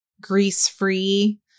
grease-free